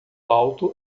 alto